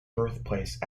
birthplace